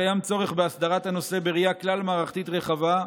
קיים צורך בהסדרת הנושא בראייה כלל-מערכתית רחבה.